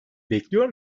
bekliyor